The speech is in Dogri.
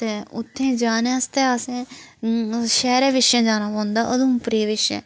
ते उत्थें जाना आस्तै असें शैह्रें पिच्छें जाना पौंदा उधमपुर दे पिच्छें